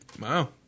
Wow